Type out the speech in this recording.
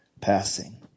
passing